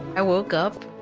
i woke up,